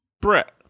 Brett